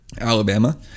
Alabama